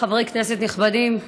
חברי כנסת נכבדים,